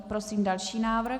Prosím další návrh.